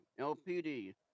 lpd